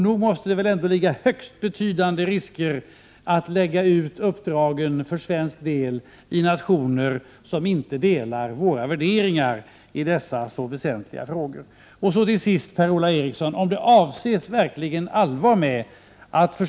Nog måste väl ändå högst betydande risker vara förenade med att uppdragen för svensk del läggs ut på nationer som inte delar våra värderingar i dessa mycket väsentliga frågor. Till sist vill jag säga något till Per-Ola Eriksson om centerns förslag till en framtida politik.